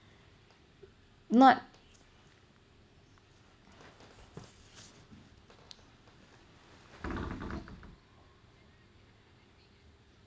not